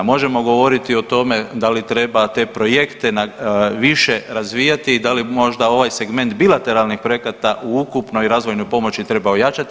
Možemo govoriti o tome da li treba te projekte više razvijati i da li možda ovaj segment bilateralnih projekata u ukupnoj razvojnoj pomoći treba ojačati.